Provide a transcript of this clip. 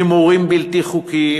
הימורים בלתי חוקיים,